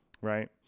right